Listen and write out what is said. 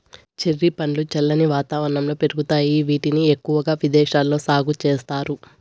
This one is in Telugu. చెర్రీ పండ్లు చల్లని వాతావరణంలో పెరుగుతాయి, వీటిని ఎక్కువగా విదేశాలలో సాగు చేస్తారు